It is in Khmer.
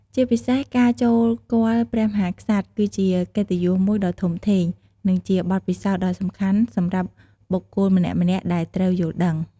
ជាពិសេសការចូលគាល់ព្រះមហាក្សត្រ គឺជាកិត្តិយសមួយដ៏ធំធេង និងជាបទពិសោធន៍ដ៏សំខាន់សម្រាប់បុគ្គលម្នាក់ៗដែលត្រូវយល់ដឹង។